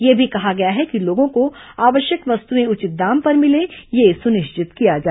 यह भी कहा गया है कि लोगों को आवश्यक वस्तुएं उचित दाम पर मिलें यह सुनिश्चित किया जाए